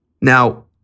Now